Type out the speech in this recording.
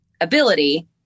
ability